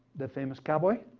the famous cowboy.